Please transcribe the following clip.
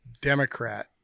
Democrat